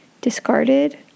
discarded